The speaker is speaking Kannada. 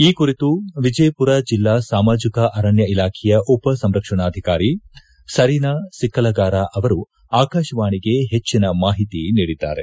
ಈ ಕುರಿತು ವಿಜಯಪುರ ಜಿಲ್ಲಾ ಸಾಮಾಜಿಕ ಅರಣ್ಯ ಇಲಾಖೆಯ ಉಪ ಸಂರಕ್ಷಣಾಧಿಕಾರಿ ಸರೀನಾ ಸಿಕ್ಕಲಗಾರ ಅವರು ಅಕಾಶವಾಣಿಗೆ ಹೆಚ್ಚಿನ ಮಾಹಿತಿ ನೀಡಿದ್ದಾರೆ